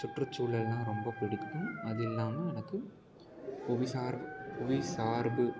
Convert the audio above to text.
சுற்றுச்சூழல்னா ரொம்ப பிடிக்கும் அது இல்லாமல் எனக்கு புவிசார் புவிசார்பு